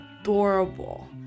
adorable